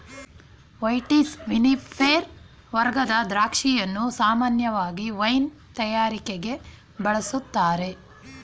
vitis vinifera ವರ್ಗದ ದ್ರಾಕ್ಷಿಯನ್ನು ಸಾಮಾನ್ಯವಾಗಿ ವೈನ್ ತಯಾರಿಕೆಗೆ ಬಳುಸ್ತಾರೆ